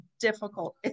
difficult